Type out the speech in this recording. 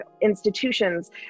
institutions